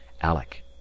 ALEC